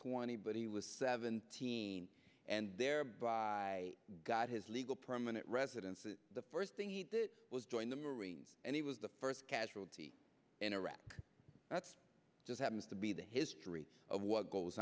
twenty but he was seventeen and thereby got his legal permanent residency the first thing he did was join the marines and he was the first casualty in iraq that's just happens to be the history of what goes